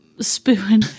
spoon